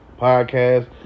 Podcast